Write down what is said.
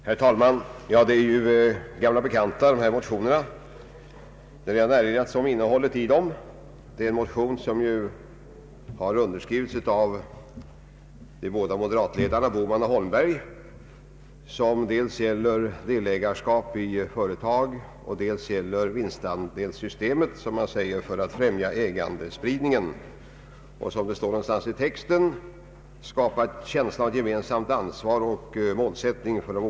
Herr talman! De motioner som har väckts i den här frågan är ju gamla bekanta. En motion har underskrivits av de båda moderatledarna, herrar Bohman och Holmberg, och den gäller dels delägarskap i företag, dels vinstandelssystemet som en metod att främja ägandespridningen i samhället och, som det står någonstans i texten, även främja känslan av ett gemensamt ansvar och en gemensam målsättning inom företagen.